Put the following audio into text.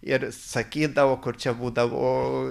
ir sakydavo kur čia būdavo